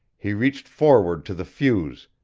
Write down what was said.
he reached forward to the fuse,